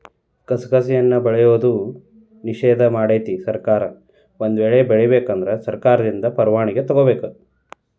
ಕಸಕಸಿಯನ್ನಾ ಬೆಳೆಯುವುದು ನಿಷೇಧ ಮಾಡೆತಿ ಸರ್ಕಾರ ಒಂದ ವೇಳೆ ಬೆಳಿಬೇಕ ಅಂದ್ರ ಸರ್ಕಾರದಿಂದ ಪರ್ವಾಣಿಕಿ ತೊಗೊಬೇಕ